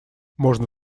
можно